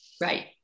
Right